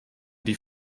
die